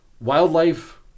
wildlife